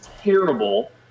terrible